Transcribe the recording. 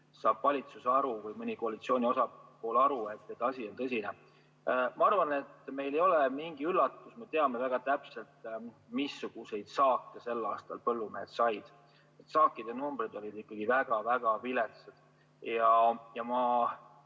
saab valitsus või mõni koalitsiooni osapool aru, et asi on tõsine. Ma arvan, et meile ei ole mingi üllatus, me teame väga täpselt, missugust saaki sel aastal põllumehed said. Saaginumbrid olid ikkagi väga-väga viletsad. Ma